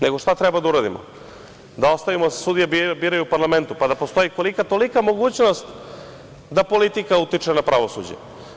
Nego, šta treba da uradimo, da ostavimo da se sudije biraju u parlamentu, pa da postoji kolika – tolika mogućnost da politika utiče na pravosuđe?